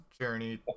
journey